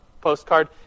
postcard